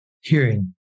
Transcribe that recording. hearing